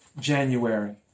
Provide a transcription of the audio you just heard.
January